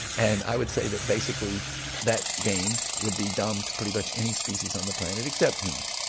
and i would say that basically that game would be dumb to pretty much any species on the planet except humans.